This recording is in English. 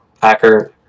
Packer